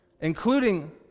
including